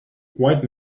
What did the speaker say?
white